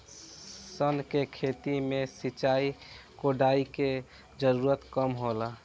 सन के खेती में सिंचाई, कोड़ाई के जरूरत कम होला